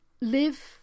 live